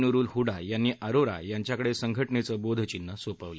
नुरुल हुडा यांनी अरोरा यांच्याकडे संघ डेचं बोधचिन्ह सोपवलं